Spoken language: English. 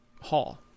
Hall